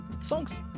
songs